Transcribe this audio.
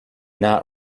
not